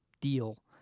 deal